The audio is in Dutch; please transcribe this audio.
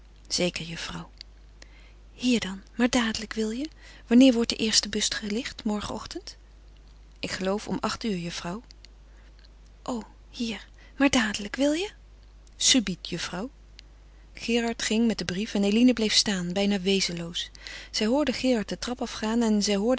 zeker juffrouw hier dan maar dadelijk wil je wanneer wordt de eerste bus gelicht morgenochtend ik geloof om acht uur juffrouw o hier maar dadelijk wil je subiet juffrouw gerard ging met den brief en eline bleef staan bijna wezenloos zij hoorde gerard de trap afgaan zij hoorde